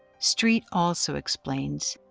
street also explains,